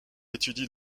étudie